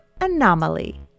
anomaly